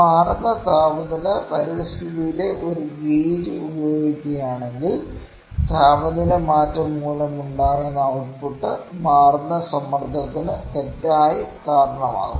മാറുന്ന താപനില പരിതസ്ഥിതിയിൽ ഒരു ഗേജ് ഉപയോഗിക്കുകയാണെങ്കിൽ താപനില മാറ്റം മൂലമുണ്ടാകുന്ന ഔട്ട്പുട്ട് മാറുന്ന സമ്മർദ്ദത്തിന് തെറ്റായി കാരണമാകും